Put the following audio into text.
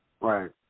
Right